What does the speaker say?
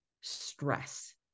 stress